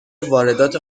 واردات